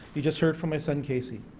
you just heard from my son casey.